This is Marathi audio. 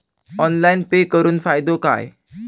ऑनलाइन पे करुन फायदो काय?